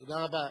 תודה רבה.